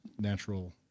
natural